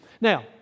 Now